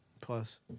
plus